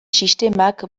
sistemak